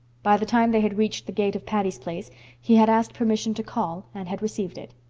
by the time they had reached the gate of patty's place he had asked permission to call, and had received it.